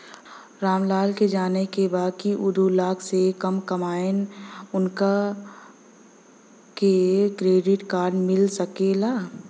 राम लाल के जाने के बा की ऊ दूलाख से कम कमायेन उनका के क्रेडिट कार्ड मिल सके ला?